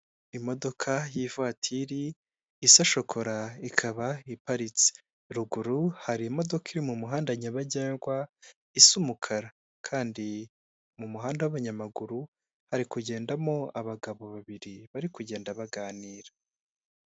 Imodoka y'ivatiri isa shokora, ikaba iparitse. Ruguru hari imodoka iri mu muhanda nyabagendwa isa umukara kandi mu muhanda w'abanyamaguru hari kugendamo abagabo babiri bari kugenda baganira.